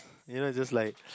you know it's just like